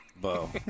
Bo